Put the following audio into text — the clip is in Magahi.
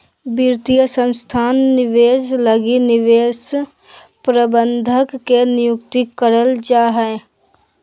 वित्तीय संस्थान निवेश लगी निवेश प्रबंधक के नियुक्ति करल जा हय